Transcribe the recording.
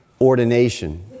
ordination